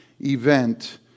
event